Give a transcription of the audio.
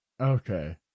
okay